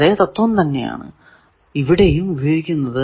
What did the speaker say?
അതെ തത്വം തന്നെ ആണ് ഇവിടെയും ഉപയോഗിക്കുന്നത്